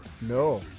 No